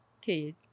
kid